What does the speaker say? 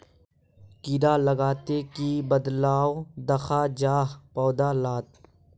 कीड़ा लगाले की बदलाव दखा जहा पौधा लात?